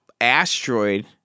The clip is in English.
asteroid